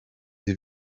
des